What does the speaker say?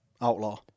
Outlaw